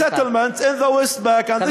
settlements in the West Bank,